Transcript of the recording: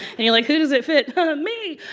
and you're like, who does it fit? kind of me.